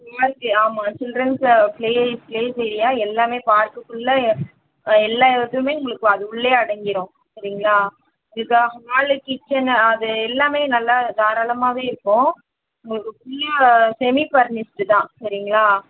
ஆமாம் childrens play place area எல்லாமே பார்க்குக்குள்ளே எல்லா இதுவுமே உங்களுக்கு அது உள்ளே அடங்கிடும் சரிங்களா இதுதான் ஹாலு கிச்சனு அது எல்லாமே நல்லா தாராளமாகவே இருக்கும் உங்களுக்கு ஃபுல்லாக செமி ஃபர்னிஸ்டு தான் சரிங்களா